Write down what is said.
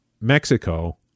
Mexico